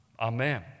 Amen